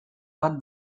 bat